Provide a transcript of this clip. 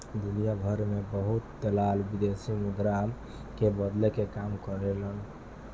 दुनियाभर में बहुत दलाल विदेशी मुद्रा के बदले के काम करेलन